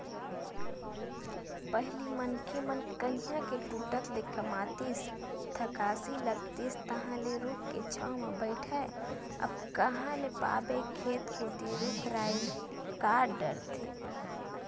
पहिली मनखे मन कनिहा के टूटत ले कमातिस थकासी लागतिस तहांले रूख के छांव म बइठय अब कांहा ल पाबे खेत कोती रुख राई कांट डरथे